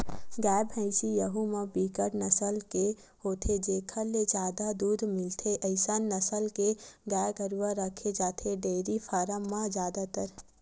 गाय, भइसी यहूँ म बिकट नसल के होथे जेखर ले जादा दूद मिलथे अइसन नसल के गाय गरुवा रखे जाथे डेयरी फारम म जादातर